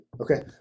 Okay